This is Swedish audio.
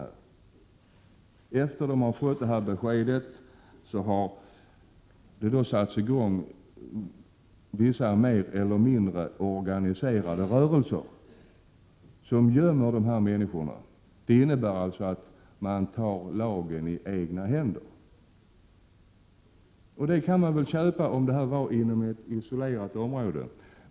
Sedan beslut härom har lämnats har vissa mer eller mindre organiserade rörelser som gömmer människor kommit in i bilden. Det innebär att man tar lagen i egna händer. Det kunde man kanske tolerera, om det rörde sig om ett isolerat område.